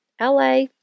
LA